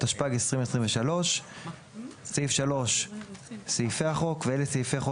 התשפ"ג 2023". סעיפי החוק 3. ואלה סעיפי חוק